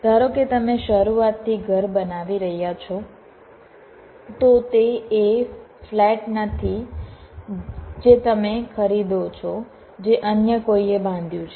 ધારો કે તમે શરૂઆતથી ઘર બનાવી રહ્યા છો તો તે એ ફ્લેટ નથી જે તમે ખરીદો છો જે અન્ય કોઈએ બાંધ્યું છે